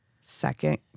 Second